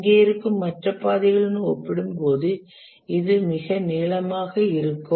இங்கே இருக்கும் மற்ற பாதைகளுடன் ஒப்பிடும்போது இது மிக நீளமாக இருக்கும்